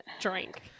drink